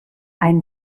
ein